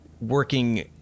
working